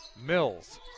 Mills